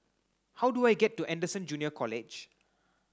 how do I get to Anderson Junior College